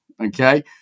okay